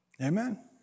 Amen